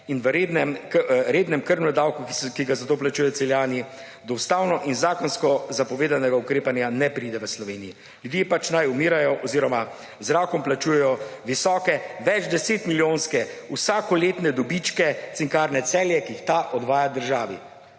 in v rednem krvnem davku, ki ga za to plačujejo Celjani, do ustavno in zakonsko zapovedanega ukrepanja ne pride v Sloveniji. Ljudje pač naj umirajo oziroma z rakom plačujejo visoke, več desetmilijonske vsakoletne dobičke Cinkarne Celje, ki jih ta odvaja državi.